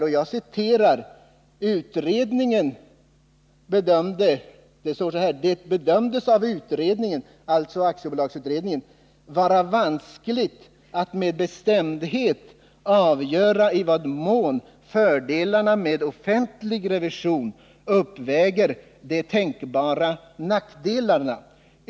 Jag kan citera ur propositionen: ”Det bedömdes av utredningen vara vanskligt att med bestämdhet avgöra i vad mån fördelarna med offentlig revision uppväger de tänkbara nackdelarna.